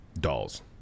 Dolls